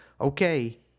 okay